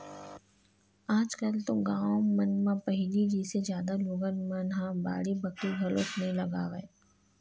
आज कल तो गाँव मन म पहिली जइसे जादा लोगन मन ह बाड़ी बखरी घलोक नइ लगावय